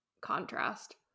contrast